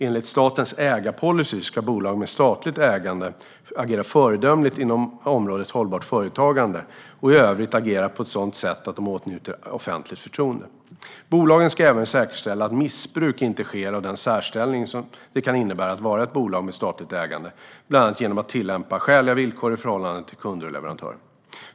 Enligt statens ägarpolicy ska bolag med statligt ägande agera föredömligt inom området hållbart företagande och i övrigt agera på ett sådant sätt att de åtnjuter offentligt förtroende. Bolagen ska även säkerställa att missbruk inte sker av den särställning som det kan innebära att vara ett bolag med statligt ägande, bland annat genom att tillämpa skäliga villkor i förhållande till kunder och leverantörer.